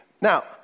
Now